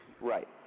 Right